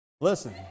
Listen